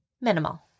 minimal